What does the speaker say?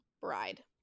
bride